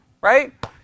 right